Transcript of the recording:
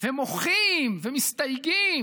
ומוחים ומסתייגים,